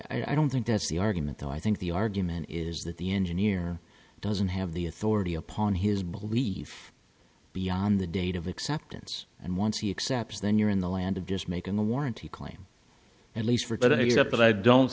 i don't think that's the argument so i think the argument is that the engineer doesn't have the authority upon his belief beyond the date of acceptance and once he accepts then you're in the land of just making the warranty claim at least free but i give up but i don't